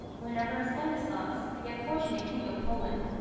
whenever stanislas, the unfortunate king of poland,